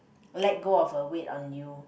let go of her weight on you